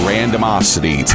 Randomosity